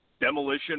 demolition